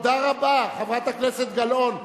תודה רבה, חברת הכנסת גלאון.